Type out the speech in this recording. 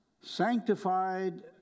sanctified